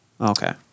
Okay